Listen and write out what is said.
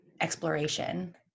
exploration